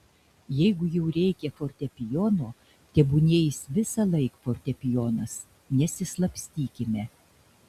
jeigu jau reikia fortepijono tebūnie jis visąlaik fortepijonas nesislapstykime